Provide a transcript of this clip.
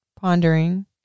pondering